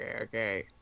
okay